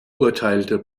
urteilte